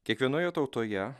kiekvienoje tautoje